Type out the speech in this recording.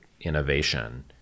innovation